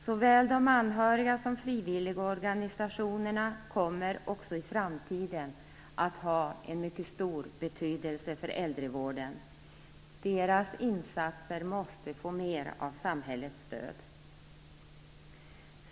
Såväl de anhöriga som frivilligorganisationerna kommer också i framtiden att ha en mycket stor betydelse för äldrevården. Deras insatser måste få mer av samhällets stöd.